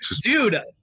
dude